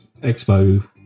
Expo